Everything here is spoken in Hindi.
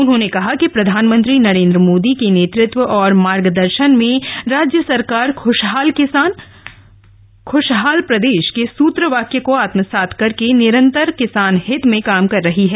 उन्होंने कहा कि प्रधानमंत्री नरेन्द्र मोदी के नेतृत्व और मार्गदर्शन में राज्य सरकार ख्शहाल किसान ख्शहाल प्रदेश के सूत्रवाक्य को आत्मसात करके निरन्तर किसान हित में काम कर रही है